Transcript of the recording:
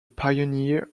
pioneer